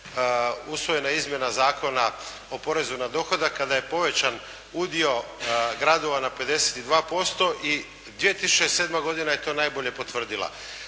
usvojena izmjena Zakona o porezu na dohodak, kada je povećan udio gradova na 52% i 2007. godina je to najbolje potvrdila.